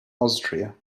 austria